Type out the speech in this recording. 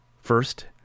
First